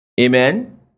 Amen